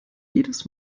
jedes